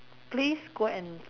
please go and